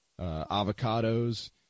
Avocados